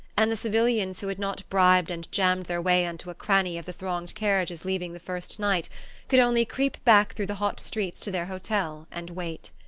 and the civilians who had not bribed and jammed their way into a cranny of the thronged carriages leaving the first night could only creep back through the hot streets to their hotel and wait.